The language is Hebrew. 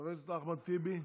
חבר הכנסת אחמד טיבי,